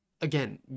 again